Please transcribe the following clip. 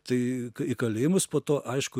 tai į kalėjimus po to aišku